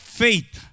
faith